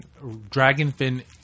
dragonfin